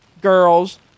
girls